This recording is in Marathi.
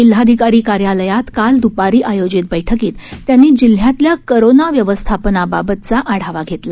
जिल्हाधिकारी कार्यालयात काल द्रपारी आयोजित बैठकीत त्यांनी जिल्ह्यातल्या कोरोना व्यवस्थापनाबाबत आढावा घेतला